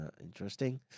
Interesting